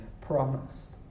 promised